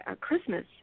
Christmas